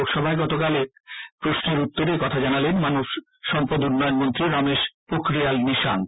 লোকসভায় গতকাল এক প্রশ্নোত্তরে একথা জানালেন মানব সম্পদ উন্নয়ন মন্ত্রী রমেশ পোখরিয়াল নিশাঙ্ক